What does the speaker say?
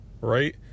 right